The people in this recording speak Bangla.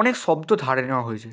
অনেক শব্দ ধারে নেওয়া হয়েছে